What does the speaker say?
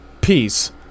peace